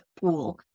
pool